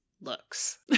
looks